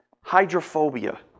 Hydrophobia